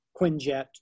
Quinjet